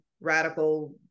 radical